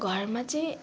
घरमा चाहिँ